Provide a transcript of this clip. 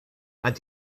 and